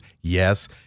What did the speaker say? Yes